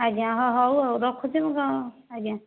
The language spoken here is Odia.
ଆଜ୍ଞା ହଁ ହେଉ ଆଉ ରଖୁଛି ମୁଁ ତ ଆଜ୍ଞା